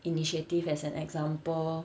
initiative as an example